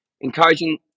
encouraging